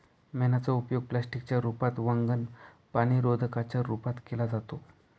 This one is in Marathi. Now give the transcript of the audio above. मेणाचा उपयोग प्लास्टिक च्या रूपात, वंगण, पाणीरोधका च्या रूपात केला जातो